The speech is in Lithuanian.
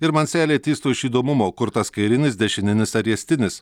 ir man seilė tįstų iš įdomumo kur tas kairinis dešininis ar riestinis